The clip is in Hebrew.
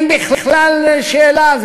אין בכלל שאלה,